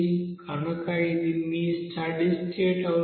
కనుక ఇది మీ స్టడీ స్టేట్ అవుతుంది